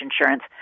insurance